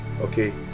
okay